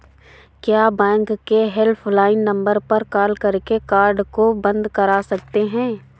क्या बैंक के helpline number पर कॉल करके कार्ड को बंद करा सकते हैं?